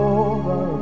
over